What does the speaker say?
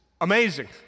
amazing